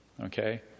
okay